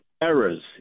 Errors